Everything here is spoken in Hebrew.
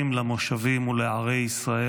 למושבים ולערי ישראל,